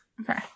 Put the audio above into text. Okay